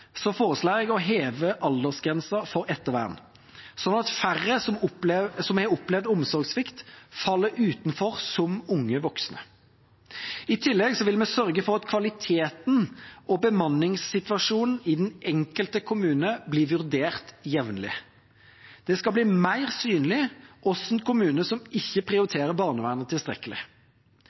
foreslår jeg å heve aldersgrensen for ettervern, slik at færre som har opplevd omsorgssvikt, faller utenfor som unge voksne. I tillegg vil vi sørge for at kvaliteten og bemanningssituasjonen i den enkelte kommune blir vurdert jevnlig. Det skal bli mer synlig hvilke kommuner som ikke prioriterer barnevernet tilstrekkelig.